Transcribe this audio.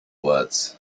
words